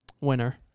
Winner